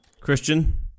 Christian